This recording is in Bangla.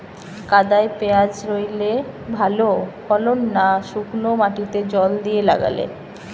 কাদায় পেঁয়াজ রুইলে ভালো ফলন না শুক্নো মাটিতে জল দিয়ে লাগালে?